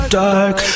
dark